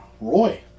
Roy